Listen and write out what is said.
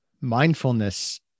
mindfulness